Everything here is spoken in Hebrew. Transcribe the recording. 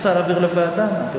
את רוצה להעביר לוועדה?